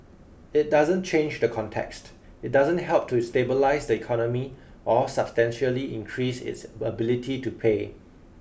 it doesn't change the context it doesn't help to stabilise the economy or substantially increase its ability to pay